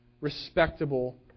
Respectable